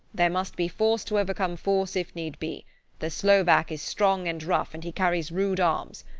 there must be force to overcome force if need be the slovak is strong and rough, and he carries rude arms.